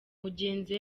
mugenzi